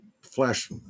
Flash